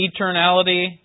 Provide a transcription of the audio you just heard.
eternality